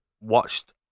watched